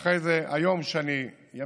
אחרי זה היום, כשאני אמשיך,